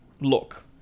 look